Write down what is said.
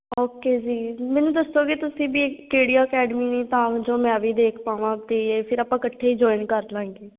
okay ਜੀ ਮੈਨੂੰ ਦੱਸੋਗੇ ਤੁਸੀਂ ਵੀ ਕਿਹੜੀ ਅਕੈਡਮੀ ਤਾਂ ਜੋ ਮੈਂ ਵੀ ਦੇਖ ਪਾਵਾਂ ਅਤੇ ਫਿਰ ਆਪਾਂ ਇਕੱਠੇ ਜੁਆਇਨ ਕਰ ਲਾਂਗੇ